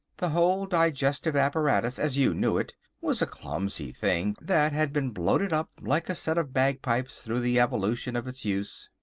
the whole digestive apparatus, as you knew it was a clumsy thing that had been bloated up like a set of bagpipes through the evolution of its use!